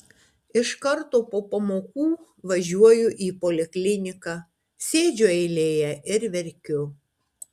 iš karto po pamokų važiuoju į polikliniką sėdžiu eilėje ir verkiu